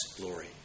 glory